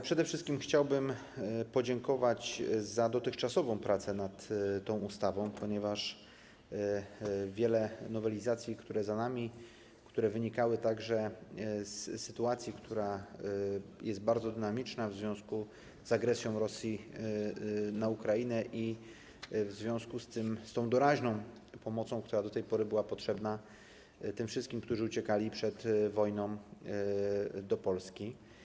Przede wszystkim chciałbym podziękować za dotychczasową pracę nad tą ustawą, ponieważ wiele nowelizacji, które za nami, wynikało także z sytuacji, która jest bardzo dynamiczna w związku z agresją Rosji na Ukrainę, w związku z tą doraźną pomocą, która do tej pory była potrzebna tym wszystkim, którzy uciekali przed wojną do Polski.